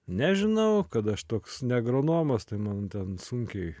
nežinau kad aš toks ne agronomas tai man ten sunkiai